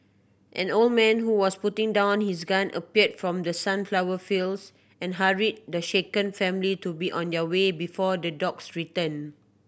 an old man who was putting down his gun appeared from the sunflower fields and hurried the shaken family to be on their way before the dogs return